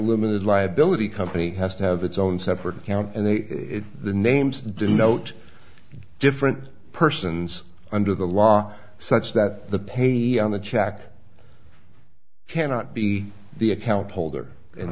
limited liability company has to have its own separate account and then the names denote different persons under the law such that the page on the check cannot be the account holder and